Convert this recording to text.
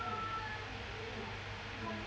Z